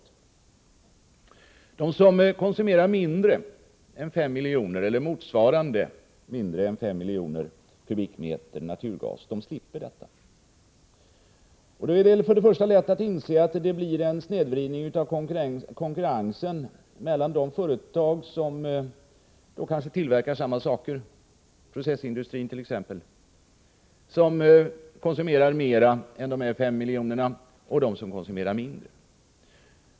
De som konsumerar mindre än 5 miljoner m? naturgas slipper detta. Då är det lätt att inse att det blir en snedvridning av konkurrensen mellan de företag som — kanske inom samma tillverkningssektor, i t.ex. processindustrin — konsumerar mer än 5 miljoner m? och de som konsumerar mindre.